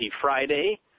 Friday